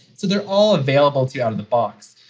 so they're all available to you out of the box.